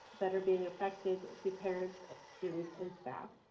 that are being affected to parents, students and staff.